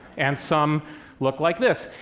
and some look like this,